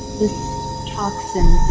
this toxin